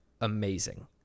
amazing